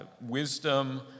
wisdom